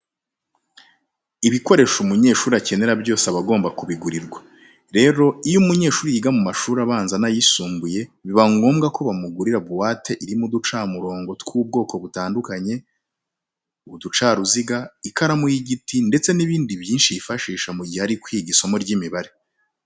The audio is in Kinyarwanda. Ibikoresho umunyeshuri akenera byose aba agomba kubigurirwa. Rero, iyo umunyeshuri yiga mu mashuri abanza n'ayisumbuye biba ngombwa ko bamugurira buwate irimo uducamurongo tw'ubwoko butandukanye, uducaruziga, ikaramu y'igiti ndetse n'ibindi byinshi yifashisha mu gihe ari kwiga isomo ry'imibare.